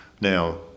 Now